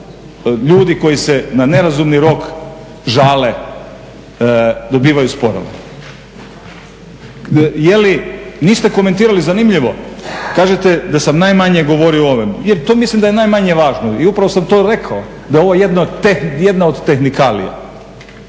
ljudi koji se na nerazumni rok žale dobivaju sporove. Zanimljivo, niste komentirali, kažete da sam najmanje govorio o ovom jer to mislim da je najmanje važno i upravo sam to rekao da je ovo jedna od tehnikalija